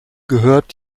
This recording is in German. gehört